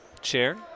chair